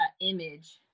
image